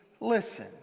listen